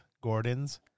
Gordon's